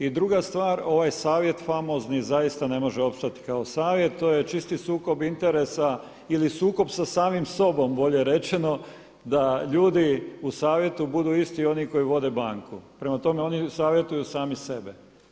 I druga stvar, ova savjet famozni zaista ne može opstati kao savjet, to je čisti sukob interesa ili sukob sa samim sobom, bolje rečeno, da ljudi u savjetu budu isti oni koji vode banku, prema tome oni savjetuju sami sebe.